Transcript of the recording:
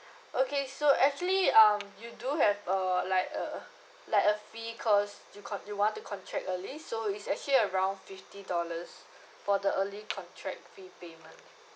okay so actually um you do have a like a uh like a fee cause you con~ you want to contract early so it's actually around fifty dollars for the early contract prepayment